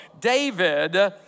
David